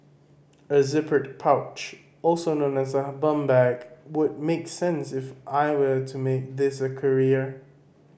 a zippered pouch also known as a bum bag would make sense if I will to make this a career